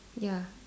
ya